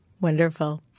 Wonderful